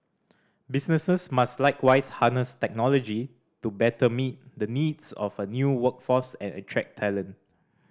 businesses must likewise harness technology to better meet the needs of a new workforce and attract talent